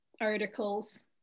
articles